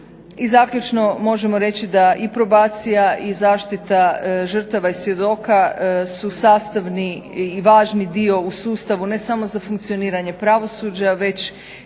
zaključno možemo reći da i probacija i zaštita žrtava i svjedoka su sastavni i važni dio u sustavu ne samo za funkcioniranje pravosuđa već i šire. I njihov